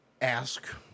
ask